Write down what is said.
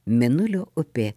mėnulio upė